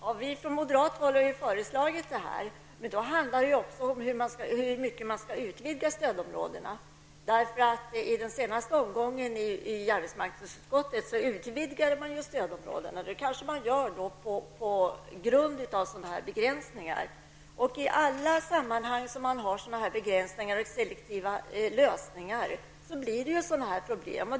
Herr talman! Vi från moderat håll har föreslagit det. Men då handlar det också om hur mycket stödområdena skall utvidgas. I den senaste omgången i arbetsmarknadsutskottet utvidgades stödområdena. Det kanske görs på grund av sådana begränsningar. I alla sammanhang där det förekommer begränsningar och selektiva lösningar, blir det sådana här problem.